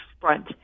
front